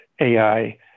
AI